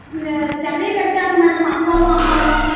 இல்லை சென்னையில இருக்காங்க மேடம் அப்பாவும் அம்மாவும்